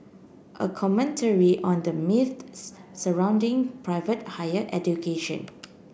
a commentary on the myths surrounding private higher education